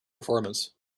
performance